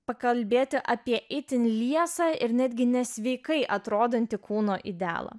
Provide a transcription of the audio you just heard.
pakalbėti apie itin liesą ir netgi nesveikai atrodanti kūno idealą